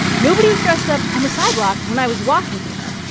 nobody was dressed up on the sidewalk when i was walking here.